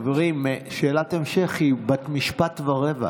חברים, שאלת המשך היא בת משפט ורבע.